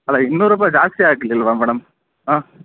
ಅಲ್ಲ ಇನ್ನೂರು ರೂಪಾಯಿ ಜಾಸ್ತಿ ಆಗಲಿಲ್ವಾ ಮೇಡಮ್ ಆಂ